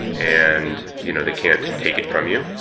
and you know they can't take it from you.